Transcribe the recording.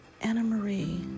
Anna-Marie